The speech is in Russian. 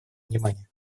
внимания